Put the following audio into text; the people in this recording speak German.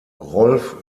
rolf